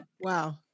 Wow